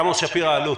עמוס שפירא מאלו"ט,